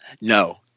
No